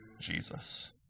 Jesus